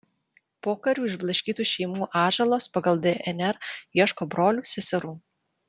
pokariu išblaškytų šeimų atžalos pagal dnr ieško brolių seserų